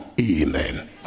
Amen